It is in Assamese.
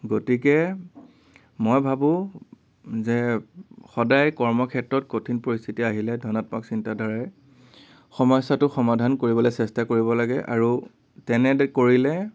গতিকে মই ভাবো যে সদায় কৰ্মক্ষেত্ৰত কঠিন পৰিস্থিতি আহিলে ধনাত্মক চিন্তাধাৰাৰে সমস্য়াটো সমাধান কৰিবলৈ চেষ্টা কৰিব লাগে আৰু তেনে কৰিলে